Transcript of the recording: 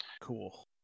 Cool